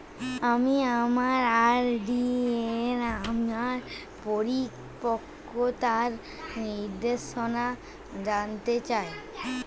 আমি আমার আর.ডি এর আমার পরিপক্কতার নির্দেশনা জানতে চাই